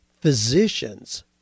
physicians